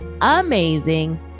amazing